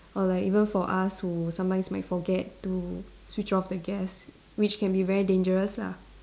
or like even for us who sometimes might forget to switch off the gas which can be very dangerous lah